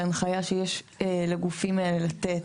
בהנחיה שיש לגופים לתת,